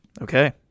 Okay